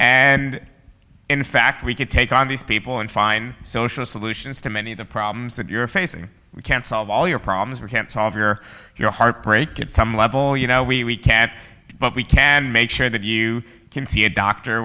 and in fact we could take on these people and fine social solutions to many of the problems that you're facing we can't solve all your problems we can't solve your your heartbreak at some level you know we can't but we can make sure that you can see a doctor